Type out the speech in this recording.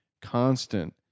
Constant